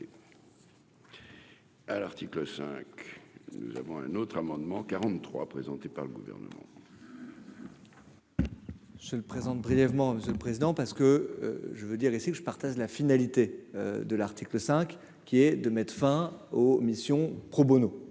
à l'article 5, nous avons un autre amendement 43 présenté par le gouvernement. Je le présente brièvement, Monsieur le Président, parce que je veux dire ici que je partage la finalité de l'article 5 qui est de mettre fin aux missions pro Bono,